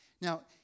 Now